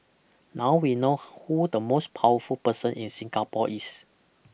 now we know who the most powerful person in Singapore is